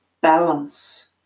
balance